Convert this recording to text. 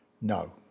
No